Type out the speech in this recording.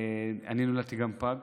גם אני נולדתי פג,